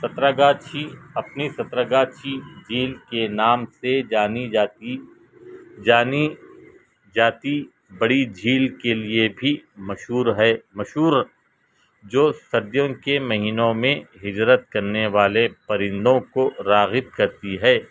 سترا گاچھی اپنی سترا گاچھی جھیل کے نام سے جانی جاتی جانی جاتی بڑی جھیل کے لیے بھی مشہور ہے مشہور جو سردیوں کے مہینوں میں ہجرت کرنے والے پرندوں کو راغب کرتی ہے